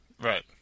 Right